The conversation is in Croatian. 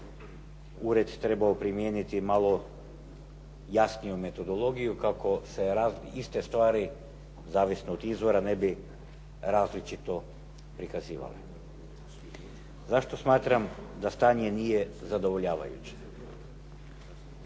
ured trebao primijeniti malo jasniju metodologiju kako se rad iste stvari zavisno od izvora ne bi različito prikazivale. Zašto smatram da stanje nije zadovoljavajuće?